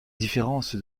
différence